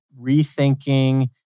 rethinking